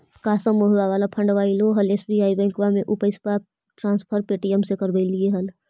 का समुहवा वाला फंडवा ऐले हल एस.बी.आई बैंकवा मे ऊ पैसवा ट्रांसफर पे.टी.एम से करवैलीऐ हल?